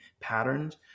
patterns